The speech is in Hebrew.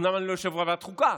אומנם אני לא יושב-ראש ועדת חוקה,